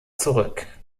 zurück